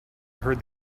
heard